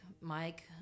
Mike